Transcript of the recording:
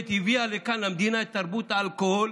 הביאה לכאן למדינה את תרבות האלכוהול